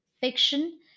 fiction